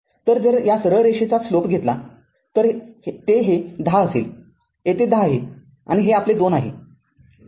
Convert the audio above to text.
तर जर या सरळ रेषेचा स्लोप घेतला तर ते हे १० असेल तरयेथे १० आहे आणि हे आपले २ आहे